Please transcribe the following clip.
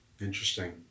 Interesting